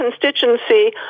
constituency